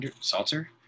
Salter